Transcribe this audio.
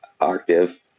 octave